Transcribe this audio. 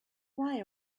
why